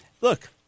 Look